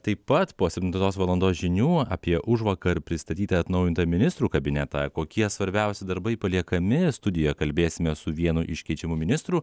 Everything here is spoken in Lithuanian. taip pat po septintos valandos žinių apie užvakar pristatytą atnaujintą ministrų kabinetą kokie svarbiausi darbai paliekami studijoje kalbėsime su vienu iš keičiamų ministrų